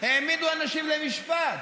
העמידו אנשים למשפט.